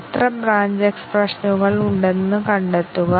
ഞങ്ങൾ Aക്ക് സ്വതന്ത്ര വിലയിരുത്തൽ നേടും